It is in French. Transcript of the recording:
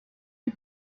les